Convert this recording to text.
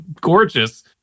gorgeous